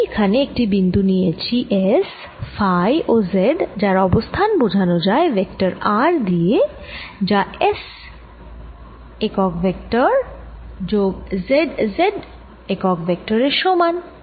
আমি এখানে একটি বিন্দু নিয়েছি S ফাই ও z যার অবস্থান বোঝান যায় ভেক্টর r দিয়ে যা S Sএকক ভেক্টর যোগ z zএকক ভেক্টর এর সমান